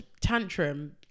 tantrum